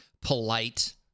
polite